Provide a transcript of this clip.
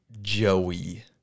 Joey